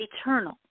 eternal